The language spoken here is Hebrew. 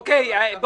אוקיי.